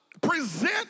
present